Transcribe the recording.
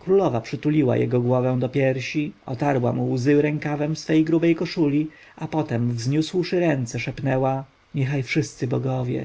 królowa przytuliła jego głowę do piersi otarła mu łzy rękawem swojej grubej koszuli a potem wzniósłszy ręce szepnęła niechaj wszyscy bogowie